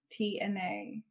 TNA